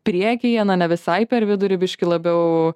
priekyje na nevisai per vidurį biški labiau